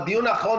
בדיון האחרון,